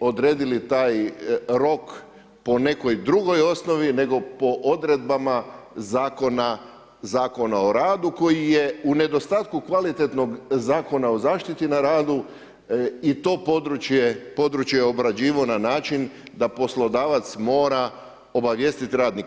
odredili taj rok po nekoj drugoj osnovi, nego po odredbama Zakona o radu, koji je u nedostatku kvalitetnog Zakona o zaštiti na radu i to područje obrađivao na način da poslodavac mora obavijestiti radnike.